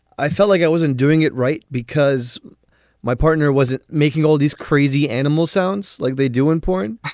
i felt like i wasn't doing it right because my partner wasn't making all these crazy animal sounds like they do in porn.